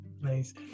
Nice